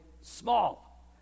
small